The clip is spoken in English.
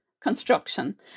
construction